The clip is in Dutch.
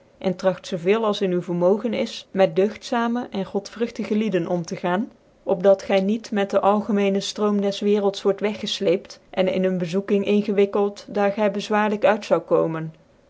en tragt zoo veel als in u vermogen is met dcugtzame cn godvruchtige lieden om tq gaan op dat gy niet met dc algemecne ftrooin des wcl wordt weggesleept en in een vcri zoeking ingewikkeld daar gy bezwaar lijk uit zonde komen